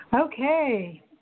Okay